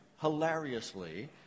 hilariously